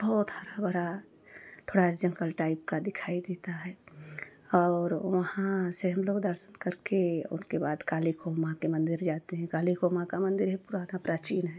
बहुत हरा भरा थोड़ा जंगल टाइप का दिखाई देता है और वहाँ से हम लोग दर्शन करके और उसके बाद काली खोह माँ के मंदिर जाते हैं काली खोह माँ का मंदिर है पुराना प्राचीन है